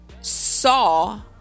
saw